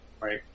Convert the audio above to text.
Right